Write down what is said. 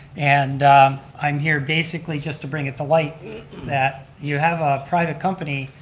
and i'm here basically just to bring it to light that you have a private company,